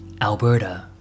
Alberta